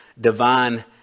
divine